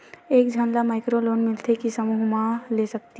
एक झन ला माइक्रो लोन मिलथे कि समूह मा ले सकती?